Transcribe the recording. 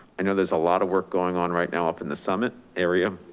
i know there's a lot of work going on right now up in the summit area,